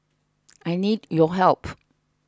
I need your help